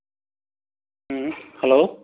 ꯎꯝ hello